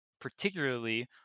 particularly